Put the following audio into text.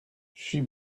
she